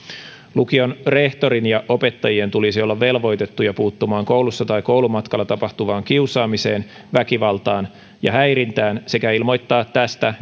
lukion rehtorin ja opettajien tulisi olla velvoitettuja puuttumaan koulussa tai koulumatkalla tapahtuvaan kiusaamiseen väkivaltaan ja häirintään sekä ilmoittaa tästä